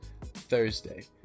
Thursday